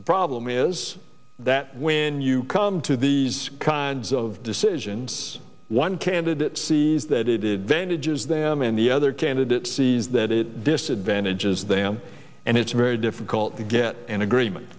the problem is that when you come to these kinds of decisions one candidate sees that it did then ijaz them and the other candidate sees that it disadvantages them and it's very difficult to get an agreement